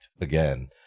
again